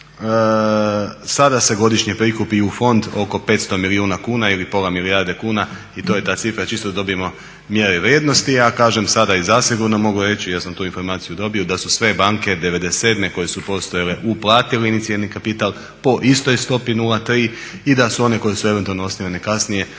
Sada se godišnje prikupi i u fond oko 500 milijuna kuna ili pola milijarde kuna i to je ta cifra čisto da dobijemo mjere i vrijednosti. A kažem sada i zasigurno mogu reći, ja sam tu informaciju dobio, da su sve banke 97.koje su postojale uplatile inicijalni kapital po istoj stopi 0,3 i da su one koje su eventualno osnivane kasnije